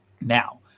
now